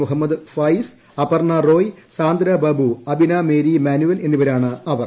മുഹമ്മദ് ഫായിസ് അപർണ റോയ് സാന്ദ്ര ബാബു അബിന മേരി മാനുവൽ എന്നിവരാണ് അവർ